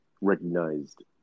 recognized